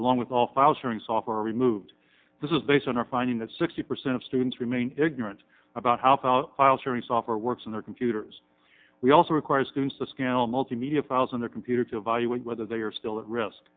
along with the file sharing software removed this is based on our finding that sixty percent of students remain ignorant about how the file sharing software works on their computers we also require students to scan all multimedia files on their computer to valuing whether they are still at risk